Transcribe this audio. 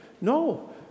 no